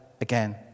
again